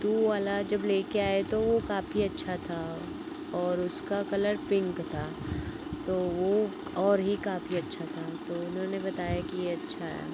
तो वह वाला जब लेकर आए तो वह काफी अच्छा था और उसका कलर पिंक था तो वह और ही काफी अच्छा था तो उन्होंने बताया कि यह अच्छा है